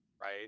right